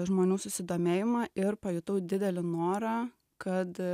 žmonių susidomėjimą ir pajutau didelį norą kad